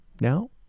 now